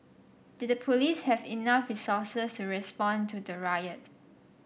did the police have enough resources to respond to the riot